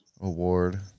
award